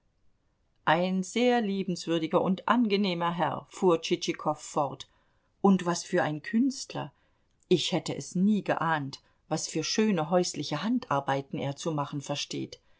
ein sehr liebenswürdiger und angenehmer herr fuhr tschitschikow fort und was für ein künstler ich hätte es nie geahnt was für schöne häusliche handarbeiten er zu machen versteht